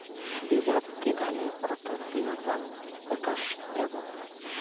বিঘাপ্রতি ধানে কত কিলোগ্রাম পটাশ দেবো?